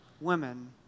women